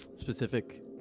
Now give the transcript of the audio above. Specific